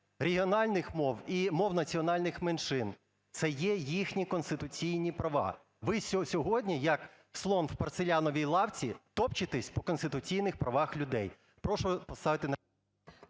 регіональних мов і мов національних меншин, це є їхні конституційні права. Ви сьогодні, як слон в порцеляновій лавці, топчетеся по конституційних правах людей.